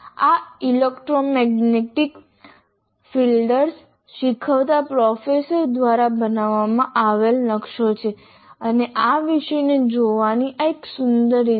આ electromagnetic fields શીખવતા professor દ્વારા બનાવવામાં આવેલ નકશો છે અને આ વિષયને જોવાની આ એક સુંદર રીત છે